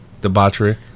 Debauchery